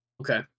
Okay